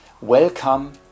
Welcome